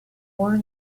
poor